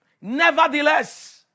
Nevertheless